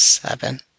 seven